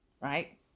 right